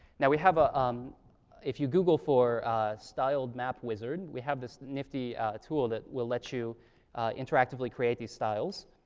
now we have a um if you google for styled map wizard, we have this nifty tool that will let you interactively create these styles.